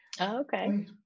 okay